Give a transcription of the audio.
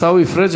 עיסאווי פריג'?